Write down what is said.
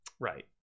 Right